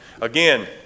Again